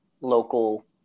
local